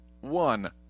one